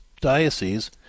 diocese